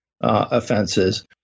offenses